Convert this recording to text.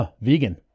vegan